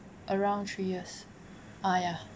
around three years ah ya